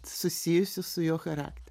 susijusių su jo charakte